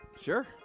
Sure